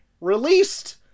released